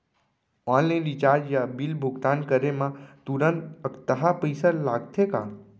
Online recharge या bill भुगतान करे मा तुरंत अक्तहा पइसा लागथे का?